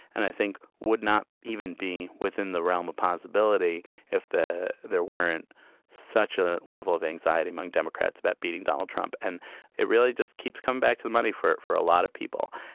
and i think would not even be within the realm of possibility if there weren't such a level of anxiety among democrats about beating donald trump. and it really just keeps come back to the money for it. for a lot of people.